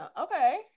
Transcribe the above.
okay